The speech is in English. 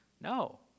No